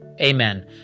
Amen